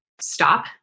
stop